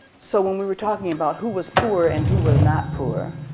so when we were talking about who was poor and who was not poor,